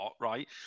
right